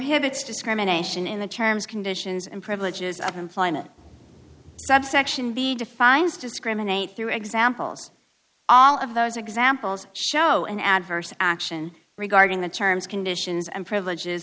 him it's discrimination in the terms conditions and privileges of employment subsection b defines discriminate through examples all of those examples show an adverse action regarding the terms conditions and privileges